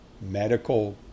Medical